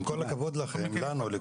עם כל הכבוד לכולנו,